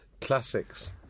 Classics